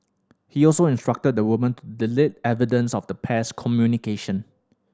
he also instructed the woman to delete evidence of the pair's communication